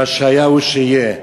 מה שהיה הוא שיהיה,